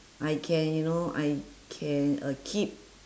I can you know I can uh keep